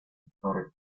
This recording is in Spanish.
astorga